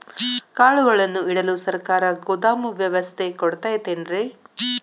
ಕಾಳುಗಳನ್ನುಇಡಲು ಸರಕಾರ ಗೋದಾಮು ವ್ಯವಸ್ಥೆ ಕೊಡತೈತೇನ್ರಿ?